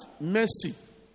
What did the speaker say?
mercy